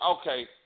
okay